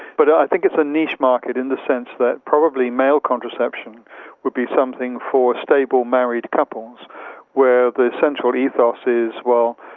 but i think it's a niche market in the sense that probably male contraception would be something for stable married couples where the central ethos is, well,